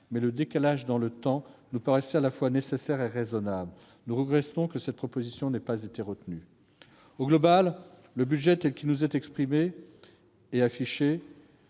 mais le décalage dans le temps nous paraissait à la fois nécessaire et raisonnable. Nous regrettons que cette proposition n'ait pas été retenue. En définitive, le budget tel qu'il nous est présenté affiche